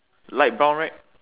light brown right